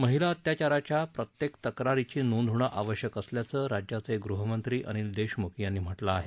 महिला अत्याचाराच्या प्रत्येक तक्रारीची नोंद होणं आवश्यक असल्याचं राज्याचे गृहमंत्री अनिल देशमुख यांनी म्हटलं आहे